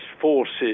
forces